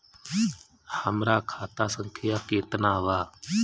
हमरा खाता संख्या केतना बा?